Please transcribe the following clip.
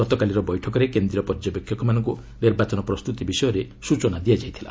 ଗତକାଲିର ବୈଠକରେ କେନ୍ଦ୍ରୀୟ ପର୍ଯ୍ୟବେକ୍ଷକମାନଙ୍କୁ ନିର୍ବାଚନ ପ୍ରସ୍ତୁତି ବିଷୟରେ ସ୍ଟଚନା ଦିଆଯାଇଥିଲା